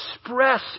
express